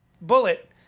bullet